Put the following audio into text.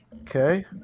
Okay